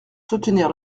soutenir